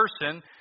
person